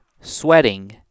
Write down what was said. sweating